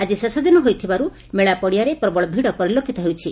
ଆକି ଶେଷ ଦିନ ହୋଇଥିବାରୁ ମେଳା ପଡ଼ିଆରେ ପ୍ରବଳ ଭିଡ଼ ପରିଲକିତ ହେଉଛି